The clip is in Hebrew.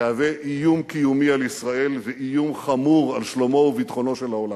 תהווה איום קיומי על ישראל ואיום חמור על שלומו וביטחונו של העולם.